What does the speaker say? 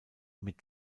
mit